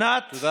יום,